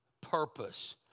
purpose